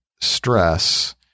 stress